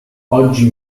oggi